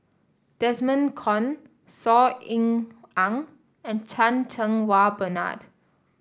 Desmond Kon Saw Ean Ang and Chan Cheng Wah Bernard